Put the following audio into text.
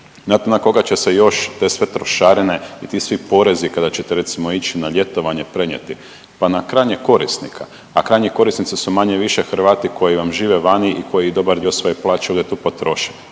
Na koga će se još te sve trošarine i ti svi porezi kada ćete recimo ići na ljetovanje prenijeti? Pa na krajnjeg korisnika, a krajnji korisnici su manje-više Hrvati koji vam žive vani i koji dobar dio svoje plaće ovdje tu potroše.